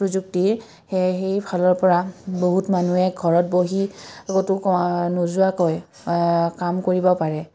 প্ৰযুক্তিৰ সে সেই ফালৰ পৰা বহুত মানুহে ঘৰত বহি ক'তো নোযোৱাকৈ কাম কৰিব পাৰে